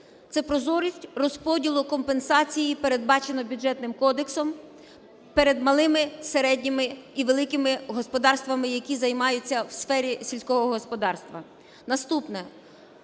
Це прозорість розподілу компенсації, передбачено Бюджетним кодексом, перед малими, середніми і великими господарствами, які займаються в сфері сільського господарства. Наступне.